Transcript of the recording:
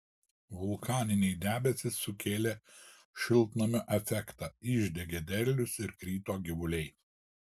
vulkaniniai debesys sukėlė šiltnamio efektą išdegė derlius ir krito gyvuliai